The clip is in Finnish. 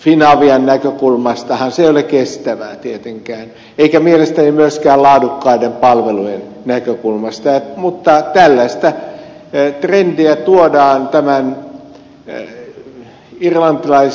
finavian näkökulmastahan se ei ole kestävää tietenkään eikä mielestäni myöskään laadukkaiden palvelujen näkökulmasta mutta tällaista trendiä tuodaan tämän irlantilaisen lentoyhtiön toimesta suomeen